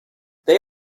they